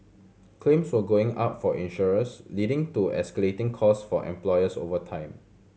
claims were going up for insurers leading to escalating cost for employers over time